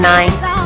Nine